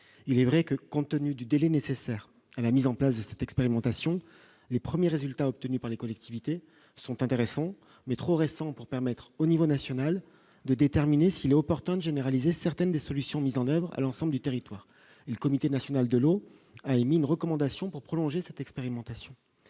il est vrai que, compte tenu du délai nécessaire à la mise en place de cette expérimentation les premiers résultats obtenus par les collectivités sont intéressants mais trop récent pour permettre au niveau national, de déterminer s'il est opportun de généraliser certaines des solutions mises en oeuvre à l'ensemble du territoire, il le comité national de l'eau a émis une recommandation pour prolonger cette expérimentation,